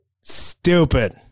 Stupid